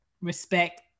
respect